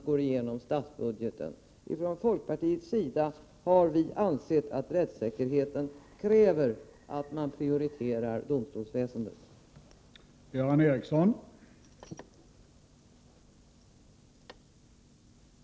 Vi i folkpartiet anser att rättssäkerheten kräver att domstolsväsendet prioriteras.